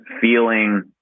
feeling